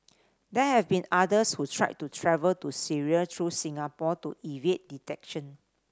there have been others who tried to travel to Syria through Singapore to evade detection